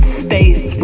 space